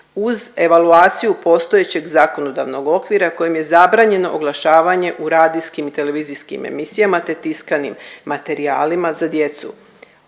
uz evaluaciju postojećeg zakonodavnog okvira kojim je zabranjeno oglašavanje u radijskim i televizijskim emisijama, te tiskanim materijalima za djecu.